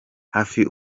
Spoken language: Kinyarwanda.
hafi